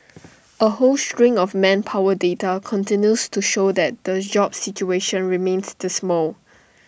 A whole string of manpower data continues to show that the jobs situation remains dismal